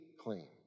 clean